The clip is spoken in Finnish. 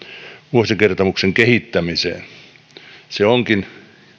vuosikertomuksen kehittämiseen se onkin